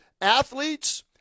athletes